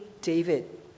David